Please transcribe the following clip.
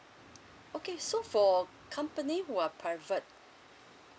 okay so for company who are private